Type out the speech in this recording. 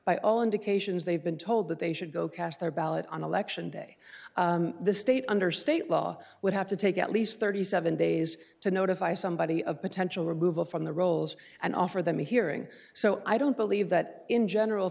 by all indications they've been told that they should go cast their ballot on election day the state under state law would have to take at least thirty seven dollars days to notify somebody of potential removal from the rolls and offer them a hearing so i don't believe that in general